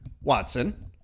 Watson